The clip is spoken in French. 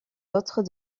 autres